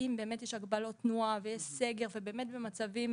אם באמת יש הגבלות תנועה ויש סגר ובאמת במצבים